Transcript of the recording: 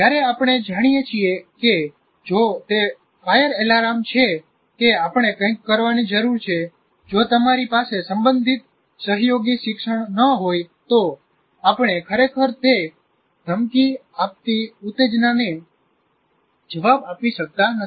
જ્યારે આપણે જાણીએ છીએ કે જો તે ફાયર એલાર્મ છે કે આપણે કંઈક કરવાની જરૂર છે જો તમારી પાસે સંબંધિત સહયોગી શિક્ષણ ન હોય તો આપણે ખરેખર તે ધમકી આપતી ઉત્તેજનાનો જવાબ આપી શકતા નથી